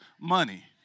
money